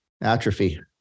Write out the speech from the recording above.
Atrophy